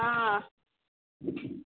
हँ